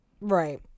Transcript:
Right